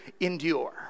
endure